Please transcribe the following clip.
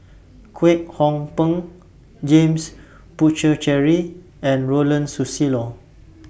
Kwek Hong Png James Puthucheary and Ronald Susilo